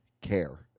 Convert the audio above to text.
care